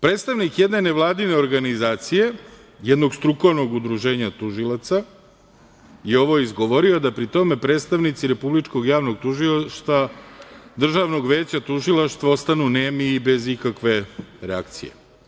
Predstavnik jedne nevladine organizacije, jednog strukovnog udruženja tužilaca je ovo izgovorio, da pri tome predstavnici Republičkog javnog tužilaštva Državnog veća tužilaštva ostanu nemi i bez ikakve reakcije.